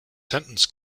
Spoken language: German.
sentence